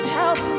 help